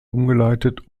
umgeleitet